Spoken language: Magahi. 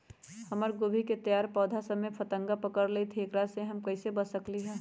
हमर गोभी के तैयार पौधा सब में फतंगा पकड़ लेई थई एकरा से हम कईसे बच सकली है?